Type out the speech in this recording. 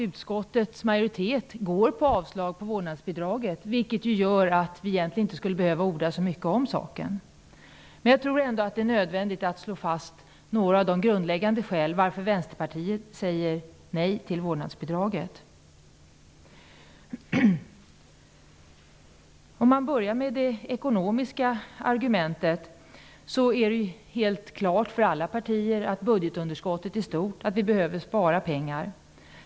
Utskottets majoritet har avstyrkt förslaget om vårdnadsbidrag, vilket gör att vi egentligen inte skulle behöva orda så mycket om saken. Men jag tror ändå att det är nödvändigt att slå fast några av de grundläggande skälen för Vänsterpartiet att säga nej till vårdnadsbidraget. För att börja med det ekonomiska argumentet, är det helt klart för alla partier att budgetunderskottet är stort och att vi behöver spara pengar.